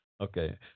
okay